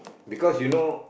because you know